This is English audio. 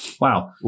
Wow